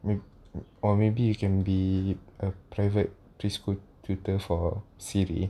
or maybe you can be a private preschool tutor for siri